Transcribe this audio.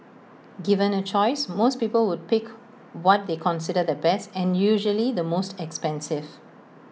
given A choice most people would pick what they consider the best and usually the most expensive